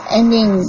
ending